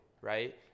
right